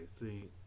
see